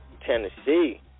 Tennessee